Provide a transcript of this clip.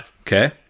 okay